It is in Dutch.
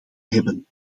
hebben